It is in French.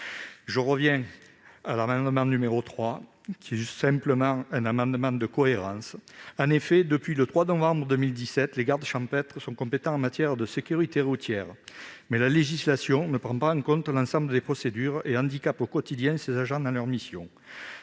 en séance ... L'amendement n° 3 rectifié est un amendement de cohérence. En effet, depuis le 3 novembre 2017, les gardes champêtres sont compétents en matière de sécurité routière. Toutefois, la législation ne prend pas en compte l'ensemble des procédures et handicape au quotidien ces agents dans leurs missions.